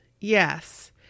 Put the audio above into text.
Yes